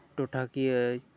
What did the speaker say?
ᱴᱚᱴᱷᱟ ᱠᱤᱭᱟᱹ